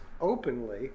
openly